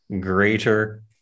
greater